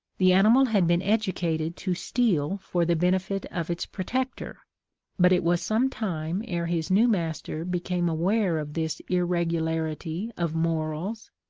the animal had been educated to steal for the benefit of its protector but it was some time ere his new master became aware of this irregularity of morals,